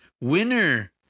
Winner